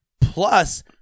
plus